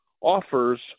offers